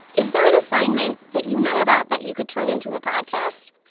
is there an assignment that you know about that you could turn into a podcast?